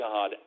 God